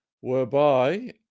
whereby